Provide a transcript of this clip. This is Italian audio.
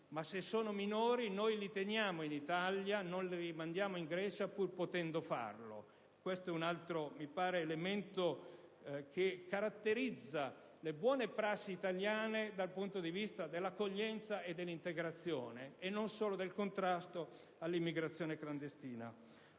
ma se sono minori noi li teniamo in Italia, non li rimandiamo in Grecia, pur potendolo farlo. Questo è un altro elemento che caratterizza le buone prassi italiane dal punto di vista dell'accoglienza e dell'integrazione, non solo del contrasto all'immigrazione clandestina.